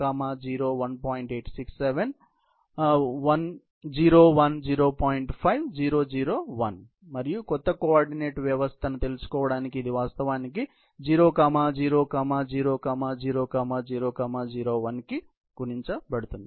5 0 0 1 మరియు కొత్త కోఆర్డినేట్ వ్యవస్థను తెలుసుకోవడానికి ఇది వాస్తవానికి 0 0 0 0 0 0 1 కు గుణించబడుతుంది